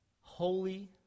holy